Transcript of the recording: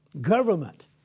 government